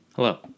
Hello